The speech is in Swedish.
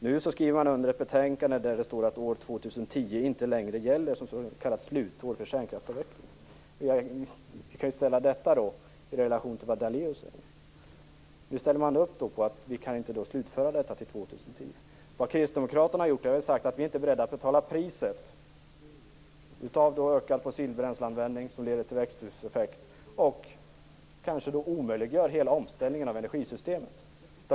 Nu skriver man under ett betänkande där det står att år 2010 inte längre gäller som slutår för kärnkraftsavvecklingen. Vi kan ställa det i relation till det som Daléus säger. Nu ställer Centern upp på att vi inte kan slutföra avvecklingen till 2010. Vi kristdemokrater har sagt att vi inte är beredda att betala priset för en ökad fossilbränsleanvändning som leder till en växthuseffekt och kanske omöjliggör hela omställningen av energisystemet.